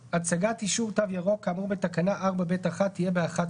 " הצגת אישור "תו ירוק" כאמור בתקנה 4(ב)(1) תהיה באחת מאלה: